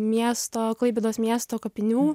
miesto klaipėdos miesto kapinių